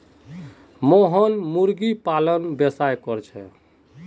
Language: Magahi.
मोहन मुर्गी पालनेर व्यवसाय कर छेक